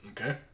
Okay